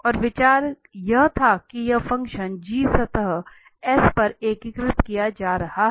और विचार यह था कि यह फंक्शन g सतह S पर एकीकृत किया जा रहा है